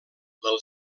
del